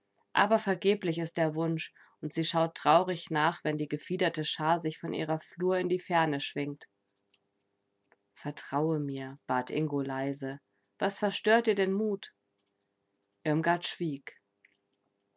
aber vergeblich ist der wunsch und sie schaut traurig nach wenn die gefiederte schar sich von ihrer flur in die ferne schwingt vertraue mir bat ingo leise was verstört dir den mut irmgard schwieg